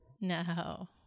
No